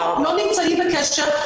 לא, לא נמצאים בקשר.